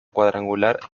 cuadrangular